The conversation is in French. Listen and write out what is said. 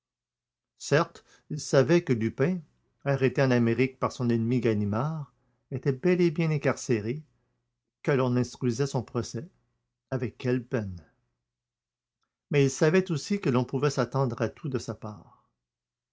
certes il savait que lupin arrêté en amérique par son ennemi ganimard était bel et bien incarcéré que l'on instruisait son procès avec quelle peine mais il savait aussi que l'on pouvait s'attendre à tout de sa part